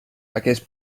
aquests